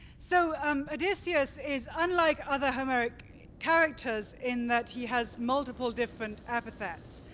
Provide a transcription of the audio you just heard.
so um odysseus is unlike other homeric characters in that he has multiple different epithets.